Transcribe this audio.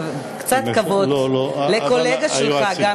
קצת כבוד לקולגה שלך,